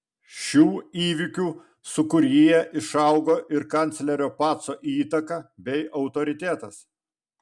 šių įvykių sūkuryje išaugo ir kanclerio paco įtaka bei autoritetas